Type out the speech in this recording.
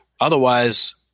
Otherwise